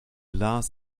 lars